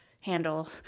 handle